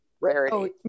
rarity